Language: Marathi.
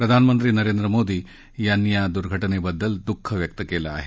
प्रधानमंत्री नरेंद्र मोदी यांनी या दुर्घटनेबद्दल द्ःख व्यक्त केलं आहे